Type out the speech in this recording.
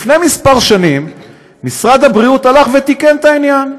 לפני כמה שנים משרד הבריאות תיקן את העניין,